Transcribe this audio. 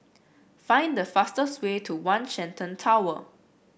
find the fastest way to One Shenton Tower